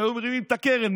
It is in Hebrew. שהיו מרימים את הקרן,